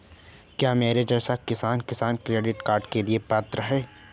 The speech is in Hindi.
क्या मेरे जैसा किसान किसान क्रेडिट कार्ड के लिए पात्र है?